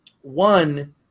one